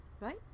right